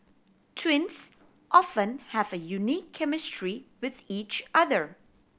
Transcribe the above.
twins often have a unique chemistry with each other